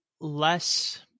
less